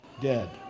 dead